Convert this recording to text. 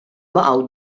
baqgħu